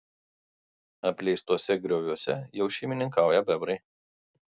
apleistuose grioviuose jau šeimininkauja bebrai